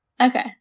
Okay